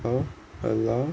oh allow